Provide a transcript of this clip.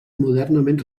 modernament